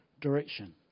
direction